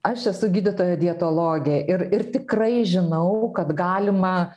aš esu gydytoja dietologė ir ir tikrai žinau kad galima